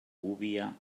gúbia